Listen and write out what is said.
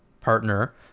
partner